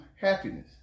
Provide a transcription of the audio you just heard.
happiness